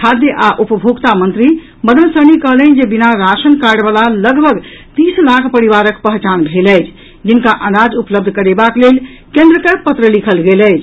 खाद्य आ उपभोक्ता मंत्री मदन सहनी कहलनि जे बिना राशन कार्ड वला लगभग तीस लाख परिवारक पहचान भेल अछि जिनका अनाज उपलब्ध करेबाक लेल केन्द्र के पत्र लिखल गेल अछि